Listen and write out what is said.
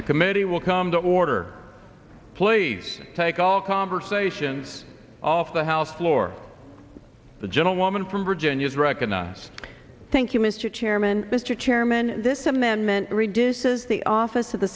the committee will come to order please take all conversations off the house floor the gentlewoman from virginia's recognize thank you mr chairman mr chairman this amendment reduces the office of the